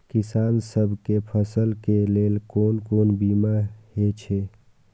किसान सब के फसल के लेल कोन कोन बीमा हे छे?